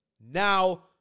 Now